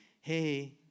hey